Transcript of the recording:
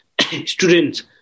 students